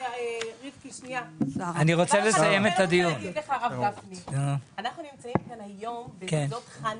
אני רוצה להגיד לך הרב גפני שאנחנו נמצאים בחנוכה.